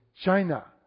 China